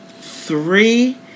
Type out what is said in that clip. Three